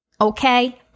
Okay